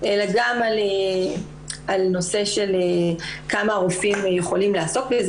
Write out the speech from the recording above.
אלא גם על נושא של כמה רופאים יכולים לעסוק בזה,